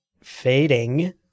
fading